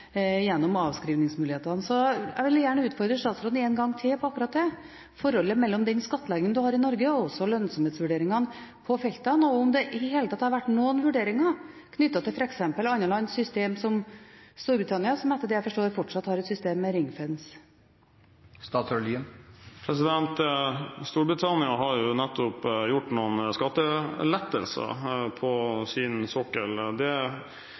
gjennom avskrivingsmulighetene. Jeg vil gjerne utfordre statsråden én gang til på akkurat det med forholdet mellom skattleggingen en har i Norge og lønnsomhetsvurderingene på feltene. Har det i det hele tatt vært noen vurderinger knyttet til andre lands systemer, f.eks. Storbritannias system, som etter det jeg forstår, fortsatt er med «ring fence»? Storbritannia har nettopp gitt sin sokkel noen skattelettelser. Jeg har opplevd det